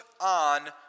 on